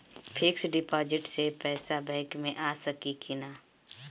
Fix deposit से पैसा bank मे आ सकी कि ना?